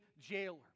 jailer